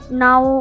now